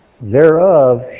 thereof